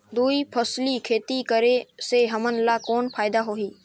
दुई फसली खेती करे से हमन ला कौन फायदा होही?